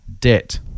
debt